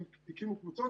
הם הקימו קבוצות